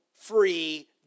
free